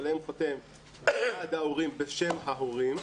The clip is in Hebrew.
שעליהם חותם ועד ההורים בשם ההורים,